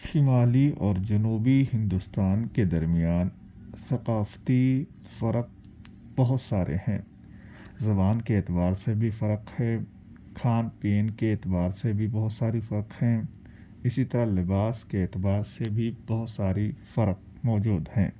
شمالی اور جنوبی ہندوستان کے درمیان ثقافتی فرق بہت سارے ہیں زبان کے اعبتار سے بھی فرق ہے کھان پین کے اعتبار سے بھی بہت ساری فرق ہیں اسی طرح لباس کے اعتبار سے بھی بہت ساری فرق موجود ہیں